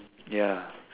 ya